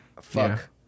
Fuck